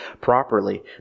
properly